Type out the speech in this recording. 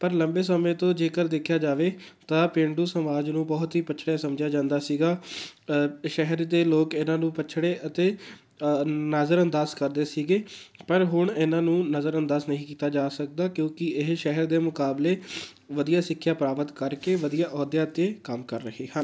ਪਰ ਲੰਬੇ ਸਮੇਂ ਤੋਂ ਜੇਕਰ ਦੇਖਿਆ ਜਾਵੇ ਤਾਂ ਪੇਂਡੂ ਸਮਾਜ ਨੂੰ ਬਹੁਤ ਹੀ ਪਛੜਿਆ ਸਮਝਿਆ ਜਾਂਦਾ ਸੀਗਾ ਸ਼ਹਿਰ ਦੇ ਲੋਕ ਇਹਨਾਂ ਨੂੰ ਪਛੜੇ ਅਤੇ ਨਜ਼ਰਅੰਦਾਜ਼ ਕਰਦੇ ਸੀਗੇ ਪਰ ਹੁਣ ਇਹਨਾਂ ਨੂੰ ਨਜ਼ਰਅੰਦਾਜ਼ ਨਹੀਂ ਕੀਤਾ ਜਾ ਸਕਦਾ ਕਿਉਂਕਿ ਇਹ ਸ਼ਹਿਰ ਦੇ ਮੁਕਾਬਲੇ ਵਧੀਆ ਸਿੱਖਿਆ ਪ੍ਰਾਪਤ ਕਰਕੇ ਵਧੀਆ ਅਹੁਦਿਆਂ 'ਤੇ ਕੰਮ ਕਰ ਰਹੇ ਹਨ